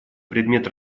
предмет